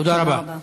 תודה רבה.